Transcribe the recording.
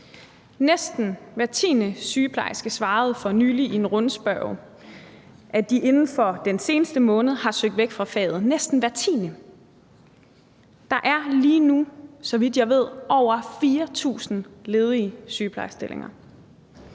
Næsten hver tiende sygeplejerske svarede for nylig i en rundspørge, at de inden for den seneste måned har søgt væk fra faget – næsten hver tiende! Der er lige nu, så vidt jeg ved, over 4.000 ledige sygeplejerskestillinger.